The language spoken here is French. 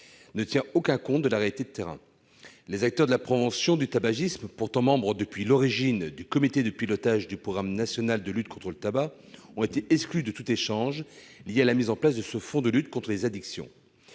ne tient aucun compte de la réalité du terrain. Les acteurs de la prévention du tabagisme, pourtant membres depuis l'origine du comité de pilotage du programme national de lutte contre le tabac, ont été exclus de tous les échanges sur la mise en place de ce fonds de lutte contre les addictions.